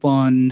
on